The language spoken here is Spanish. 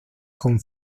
con